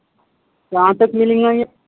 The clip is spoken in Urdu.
کہاں تک ملیں گا یہ